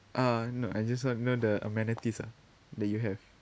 uh no I just want to know the amenities ah that you have